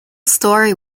story